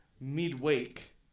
midweek